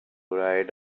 ride